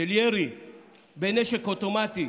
של ירי בנשק אוטומטי